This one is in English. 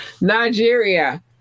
Nigeria